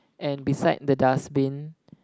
and beside the dustbin